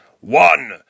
One